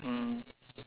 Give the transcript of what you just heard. mm